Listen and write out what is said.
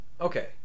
Okay